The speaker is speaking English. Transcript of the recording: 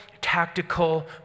tactical